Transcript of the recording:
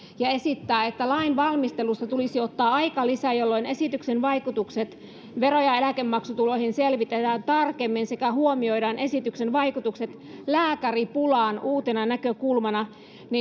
ja esittää että lain valmistelussa tulisi ottaa aikalisä jolloin esityksen vaikutukset vero ja ja eläkemaksutuloihin selvitetään tarkemmin sekä huomioidaan esityksen vaikutukset lääkäripulaan uutena näkökulmana